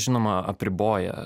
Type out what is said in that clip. žinoma apriboja